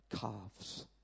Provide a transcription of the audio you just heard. calves